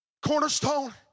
Cornerstone